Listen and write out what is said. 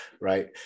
right